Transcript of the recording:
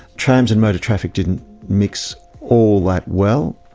trams and motor traffic didn't mix all that well,